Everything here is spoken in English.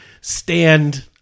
stand